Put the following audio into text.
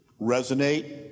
resonate